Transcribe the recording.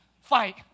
fight